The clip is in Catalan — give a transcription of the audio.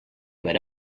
per